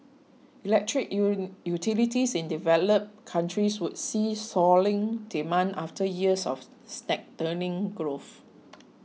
electric utilities in developed countries would see soaring demand after years of stagnating growth